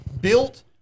built